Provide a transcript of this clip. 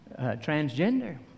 transgender